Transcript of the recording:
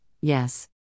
yes